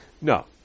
No